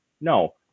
No